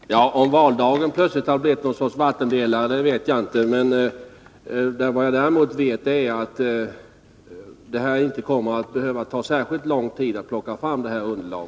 Herr talman! Jag vet inte om valdagen plötsligt har blivit någon sorts vattendelare. Däremot vet jag att man inte kommer att behöva särskilt lång tid för att ta fram detta underlag.